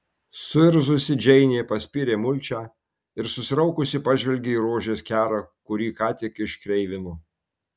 suirzusi džeinė paspyrė mulčią ir susiraukusi pažvelgė į rožės kerą kurį ką tik iškreivino